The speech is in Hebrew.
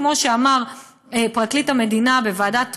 כמו שאמר פרקליט המדינה בוועדת הפנים,